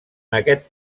aquest